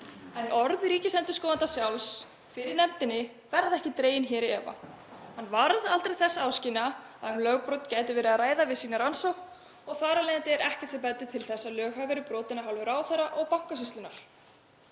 En orð ríkisendurskoðanda sjálfs fyrir nefndinni verða ekki dregin í efa. Hann varð þess aldrei áskynja að um lögbrot gæti verið að ræða við sína rannsókn og þar af leiðandi er ekkert sem bendir til þess að lög hafi verið brotin af hálfu ráðherra og Bankasýslunnar.